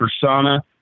persona